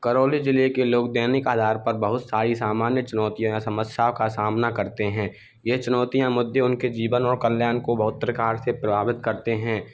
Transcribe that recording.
करौली जिले के लोग दैनिक आधार पर बहुत सारी सामान्य चुनौतियों समस्याओं का सामना करते हैं ये चुनौतियाँ मुद्दे उनके जीवन व कल्याण को बहुत प्रकार से प्रभावित करते हैं